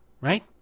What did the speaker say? right